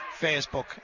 Facebook